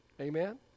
amen